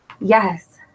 yes